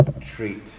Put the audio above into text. treat